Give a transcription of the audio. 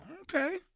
Okay